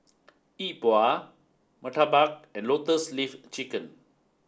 Yi Bua Murtabak and Lotus Leaf Chicken